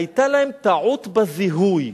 היתה להם טעות בזיהוי.